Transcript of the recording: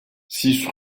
six